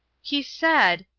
he said,